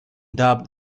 dubbed